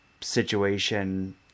situation